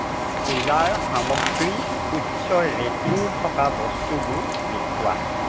পূজাৰ সামগ্ৰীৰ উচ্চ ৰেটিং থকা বস্তুবোৰ দেখুওৱা